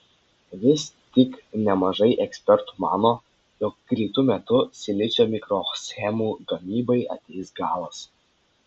vis tik nemažai ekspertų mano jog greitu metu silicio mikroschemų gamybai ateis galas